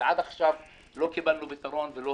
עד עכשיו לא קיבלנו פתרון והוא לא